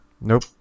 Nope